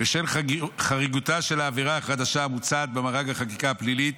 בשם חריגותה של העבירה החדשה המוצעת במארג החקיקה הפלילית,